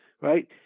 Right